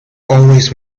always